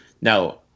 Now